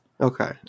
okay